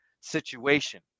situation